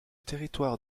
territoire